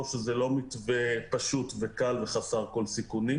שזה לא מתווה פשוט וקל וחסר כל סיכונים.